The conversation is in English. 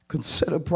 Consider